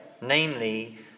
namely